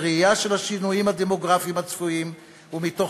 בראייה של השינויים הדמוגרפיים הצפויים ומתוך